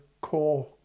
core